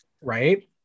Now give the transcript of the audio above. right